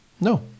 No